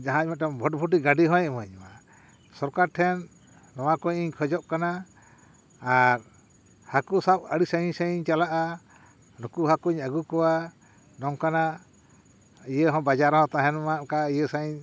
ᱡᱟᱦᱟᱸᱭ ᱢᱤᱫᱴᱮᱱ ᱵᱷᱳᱴᱵᱷᱩᱴᱤ ᱜᱟᱹᱰᱤ ᱦᱚᱸᱭ ᱤᱢᱟᱹᱧᱼᱢᱟ ᱥᱚᱨᱠᱟᱨ ᱴᱷᱮᱱ ᱱᱚᱶᱟ ᱠᱚ ᱤᱧ ᱠᱷᱚᱡᱚᱜ ᱠᱟᱱᱟ ᱟᱨ ᱦᱟᱠᱳ ᱥᱟᱵ ᱟᱹᱰᱤ ᱥᱟᱺᱜᱤᱧ ᱥᱟᱺᱜᱤᱧ ᱪᱟᱞᱟᱜᱼᱟ ᱱᱩᱠᱩ ᱦᱟᱠᱳᱧ ᱟᱹᱜᱩ ᱠᱚᱣᱟ ᱱᱚᱝᱠᱟᱱᱟᱜ ᱤᱭᱟᱹᱦᱚᱸ ᱵᱟᱡᱟᱨ ᱦᱚᱸ ᱛᱟᱦᱮᱱᱼᱢᱟ ᱱᱚᱝᱠᱟ ᱤᱭᱟᱹ ᱥᱟᱺᱦᱤᱡ